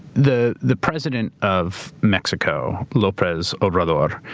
the the president of mexico, lopez obrador,